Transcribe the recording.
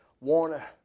Warner